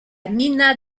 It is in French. gmina